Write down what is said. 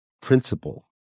principle